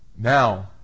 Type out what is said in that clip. now